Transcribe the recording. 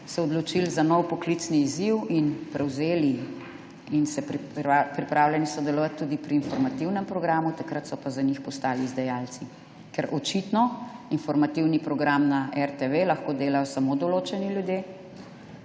se odločil za nov poklicni izziv in prevzeli in so pripravljeni sodelovati tudi pri informativnem programu, takrat so pa za njih postali izdajalci. Očitno lahko informativni program na RTV delajo samo določeni ljudje,